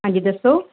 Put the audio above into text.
ਹਾਂਜੀ ਦੱਸੋ